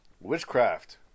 Witchcraft